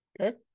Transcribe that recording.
Okay